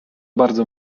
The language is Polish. bardzo